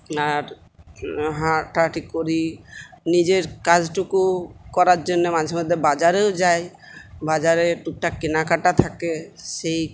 আর হাঁটাহাঁটি করি নিজের কাজটুকু করার জন্য মাঝে মাঝে বাজারেও যাই বাজারে টুকটাক কেনাকাটা থাকে সেই